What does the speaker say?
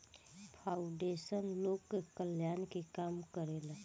foundation लोक कल्याण के काम करेला